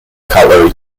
cutlery